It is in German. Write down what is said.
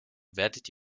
werdet